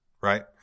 right